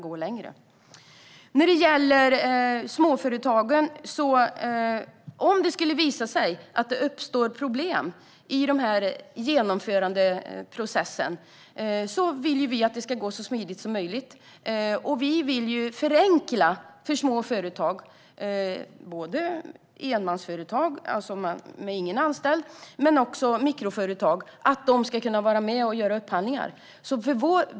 Sedan var det frågan om småföretagen. Om det skulle visa sig att det uppstår problem i genomförandeprocessen vill vi att arbetet ska gå så smidigt som möjligt. Vi vill förenkla för små företag. Det gäller både enmansföretag - med ingen anställd - och mikroföretag. De ska kunna vara med och göra upphandlingar.